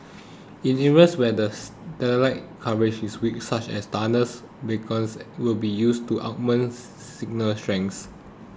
in areas where's satellite coverage is weak such as tunnels beacons will be used to augments signal strength